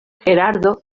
gerardo